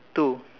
two